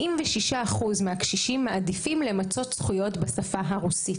76 אחוז מהקשישים מעדיפים למצות זכויות בשפה הרוסית.